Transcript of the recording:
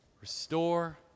restore